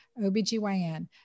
OBGYN